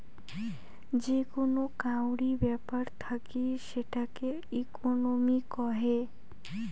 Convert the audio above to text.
যে কোন কাউরি ব্যাপার থাকি সেটাকে ইকোনোমি কহে